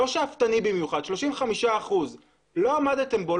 לא שאפתני במיוחד 35%. לא עמדתם בו,